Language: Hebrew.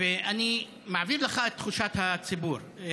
ואני מעביר לך את תחושת הציבור,